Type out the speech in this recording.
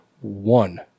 one